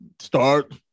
Start